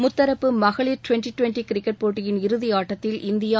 முத்தரப்புமகளிர் twenty twenty cricket போட்டியின் இறுதி ஆட்டத்தில் இந்தியா